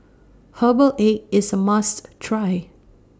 Herbal Egg IS A must Try